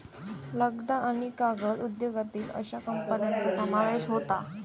लगदा आणि कागद उद्योगातील अश्या कंपन्यांचा समावेश होता